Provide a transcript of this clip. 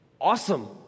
awesome